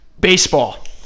Baseball